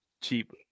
cheap